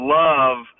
love